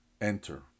enter